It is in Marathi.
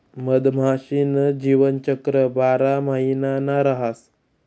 मधमाशी न जीवनचक्र बारा महिना न रहास